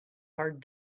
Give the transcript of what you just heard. hard